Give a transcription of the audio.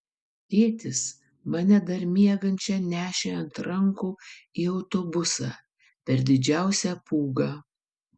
tėtis mane dar miegančią nešė ant rankų į autobusą per didžiausią pūgą